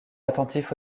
attentif